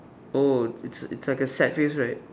oh it's it's like a sad face right